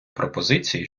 пропозиції